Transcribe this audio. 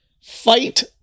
fight